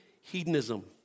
hedonism